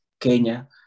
Kenya